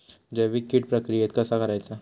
जैविक कीड प्रक्रियेक कसा करायचा?